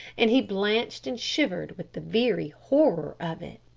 and he blanched and shivered with the very horror of it.